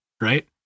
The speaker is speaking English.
right